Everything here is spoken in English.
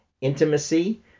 intimacy